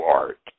art